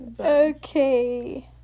Okay